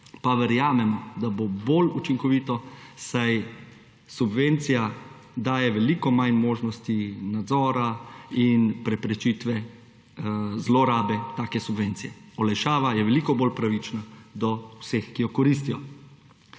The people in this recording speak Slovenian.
pa verjamemo, da bo bolj učinkovito, saj subvencija daje veliko manj možnosti nadzora in preprečitve zlorabe take subvencije. Olajšava je veliko bolj pravična do vseh, ki jo koristijo.